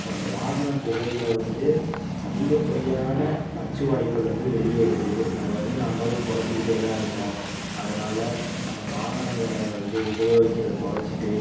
அந்த வாகன புகையில் வந்து அதிகப்படியான நச்சுவாயுக்கள் வந்து வெளியேறுது அதை வந்து நம்பளும் குறச்சிகிட்டே தான் இருக்கோம் அதனால் நம்ப வாகனங்களை வந்து உபயோகிக்கிறதை குறச்சிட்டு